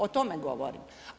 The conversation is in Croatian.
O tome govorim.